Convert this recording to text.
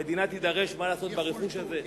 המדינה תידרש להחליט מה לעשות ברכוש הזה.